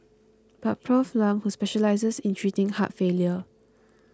but Prof Lam who specialises in treating heart failure